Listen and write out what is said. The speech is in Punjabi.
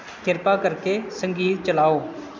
ਕਿਰਪਾ ਕਰਕੇ ਸੰਗੀਤ ਚਲਾਓ